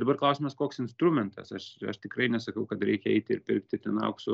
dabar klausimas koks instrumentas aš aš tikrai nesakau kad reikia eiti ir pirkti ten aukso